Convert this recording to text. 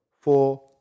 four